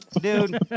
dude